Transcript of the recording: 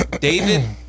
David